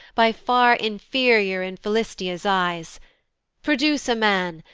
by far inferior in philistia's eyes produce a man,